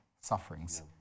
sufferings